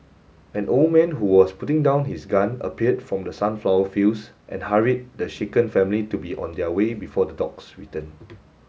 an old man who was putting down his gun appeared from the sunflower fields and hurried the shaken family to be on their way before the dogs return